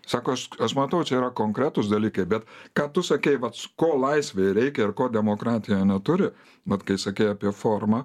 sako aš aš matau čia yra konkretūs dalykai bet ką tu sakei vat ko laisvei reikia ir ko demokratija neturi vat kai sakei apie formą